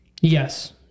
Yes